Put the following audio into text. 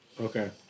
Okay